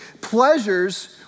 pleasures